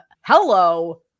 hello